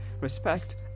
respect